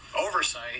oversight